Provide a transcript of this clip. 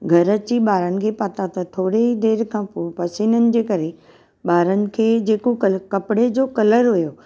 घर अची ॿारनि खे पाता त थोरी ही देरि खां पोइ पसीननि जे करे ॿारनि खे जेको कपिड़े जो कलर हुयो